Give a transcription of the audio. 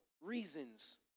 reasons